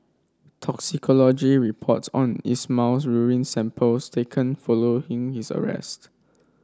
toxicology reports on Ismail's urine samples taken following his arrest